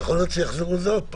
יכול להיות שיחזרו לזה עוד פעם.